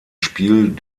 spiel